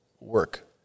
work